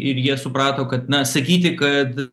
ir jie suprato kad na sakyti kad